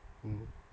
mm